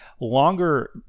longer